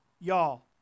Y'all